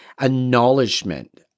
acknowledgement